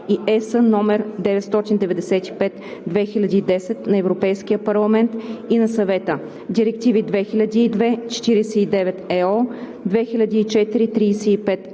и (ЕС) № 995/2010 на Европейския парламент и на Съвета, директиви 2002/49/ЕО, 2004/35/ЕО,